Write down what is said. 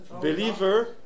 believer